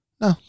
No